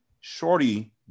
Shorty